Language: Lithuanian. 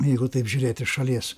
jeigu taip žiūrėt iš šalies